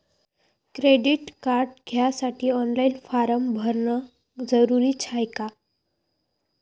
Credit card घ्यासाठी online form भरन जरुरीच हाय का?